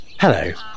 Hello